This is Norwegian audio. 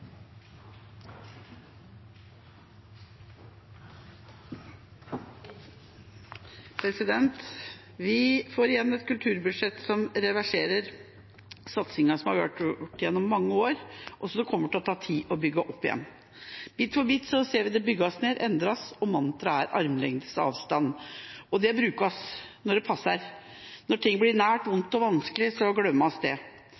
Vi får igjen et kulturbudsjett som reverserer satsinger som har vært gjort gjennom mange år, og som det kommer til å ta tid å bygge opp igjen. Bit for bit ser vi at det bygges ned og endres. Mantraet er «armlengdes avstand» – og det brukes når det passer. Når ting blir nært, vondt og